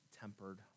tempered